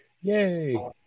Yay